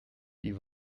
die